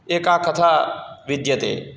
एका कथा विद्यते